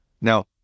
Now